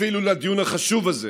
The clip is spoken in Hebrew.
אפילו לדיון החשוב הזה,